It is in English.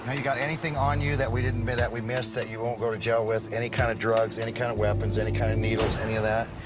and you got anything on you that we didn't miss that we missed that you won't go to jail with. any kind of drugs, any kind of weapons, any kind of needles, any of that?